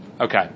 Okay